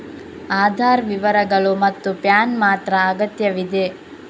ಆಧಾರ್ ವಿವರಗಳು ಮತ್ತು ಪ್ಯಾನ್ ಮಾತ್ರ ಅಗತ್ಯವಿದೆ